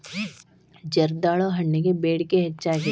ಜರ್ದಾಳು ಹಣ್ಣಗೆ ಬೇಡಿಕೆ ಹೆಚ್ಚಾಗಿದೆ